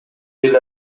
эле